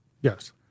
Yes